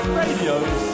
radios